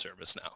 ServiceNow